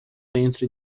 entre